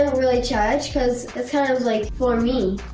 really charge because it's kind of like for me,